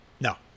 no